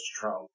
trump